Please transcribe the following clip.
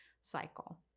cycle